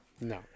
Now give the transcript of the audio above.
No